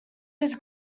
his